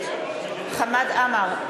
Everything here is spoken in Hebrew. חמד עמאר,